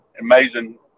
amazing